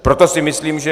Proto si myslím, že...